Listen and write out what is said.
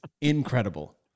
incredible